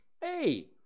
Hey